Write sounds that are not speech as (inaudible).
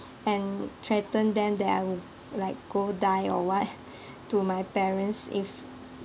and threaten them that I will like go die or what (laughs) to my parents if